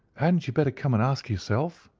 hadn't you better come and ask yourself?